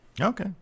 Okay